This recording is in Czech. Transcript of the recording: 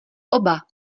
oba